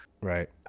Right